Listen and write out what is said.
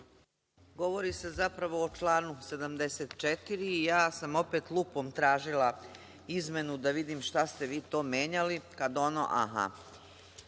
Govori se zapravo o članu 74. Ja sam opet lupom tražila izmenu da vidim šta ste vi to menjali, kad ono,